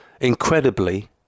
incredibly